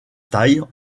taille